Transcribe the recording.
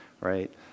right